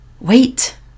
wait